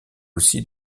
aussi